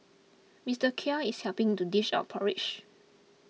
Mister Khair is helping to dish out porridge